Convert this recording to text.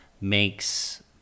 makes